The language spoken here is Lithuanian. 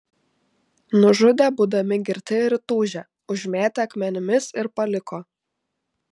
nužudė būdami girti ir įtūžę užmėtė akmenimis ir paliko